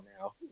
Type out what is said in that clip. now